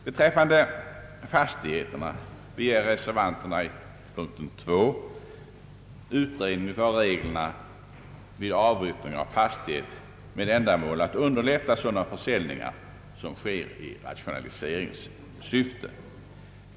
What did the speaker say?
Beträffande fastigheterna begärs i reservation 2 utredning av reglerna vid avyttring av fastigheter med ändamål att underlätta sådana försäljningar som sker i rationaliseringssyfte.